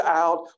out